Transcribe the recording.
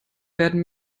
werden